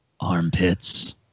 Armpits